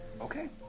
okay